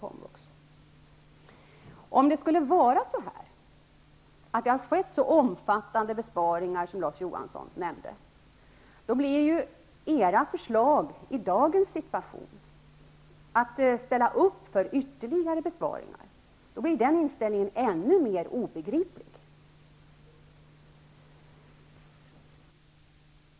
Om det skulle vara så att det har skett så omfattande besparingar som Larz Johansson nämnde blir ert förslag, att ställa upp för ytterligare besparingar, ännu mer obegripligt i dagens situation.